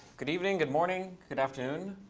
good evening, good morning, good afternoon,